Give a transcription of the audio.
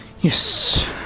Yes